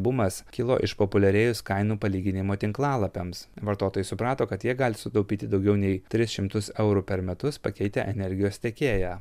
bumas kilo išpopuliarėjus kainų palyginimo tinklalapiams vartotojai suprato kad jie gali sutaupyti daugiau nei tris šimtus eurų per metus pakeitę energijos tiekėją